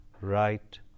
right